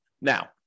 Now